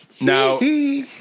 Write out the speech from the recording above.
now